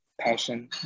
passion